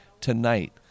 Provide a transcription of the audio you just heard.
tonight